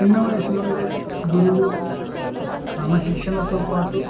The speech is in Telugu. చిన్న వయసు నుండే గురువు క్రమశిక్షణతో పాటు